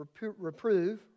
Reprove